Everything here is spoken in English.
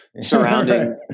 surrounding